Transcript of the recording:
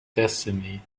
destiny